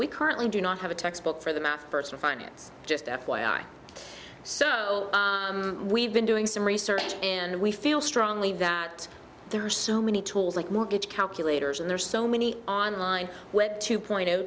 we currently do not have a textbook for the math personal finance just f y i so we've been doing some research and we feel strongly that there are so many tools like mortgage calculators and there's so many online web two point